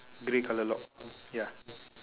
grey colour lock ya